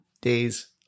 days